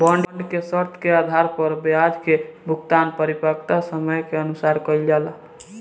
bond के शर्त के आधार पर ब्याज के भुगतान परिपक्वता समय के अनुसार कईल जाला